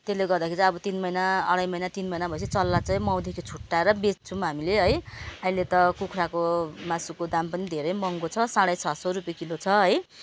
त्यसले गर्दाखेरि चाहिँ अब तिन महिना अढाई महिना तिन महिना भए पछि चल्ला चाहिँ माउदेखिको छुट्याएर बेच्छौँ हामीले है अहिले त कुखुराको मासुको दाम पनि धेरै महँगो छ साढे छ सय रुप्पे किलो छ है